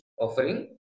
offering